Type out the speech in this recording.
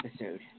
episode